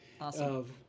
Awesome